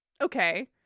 okay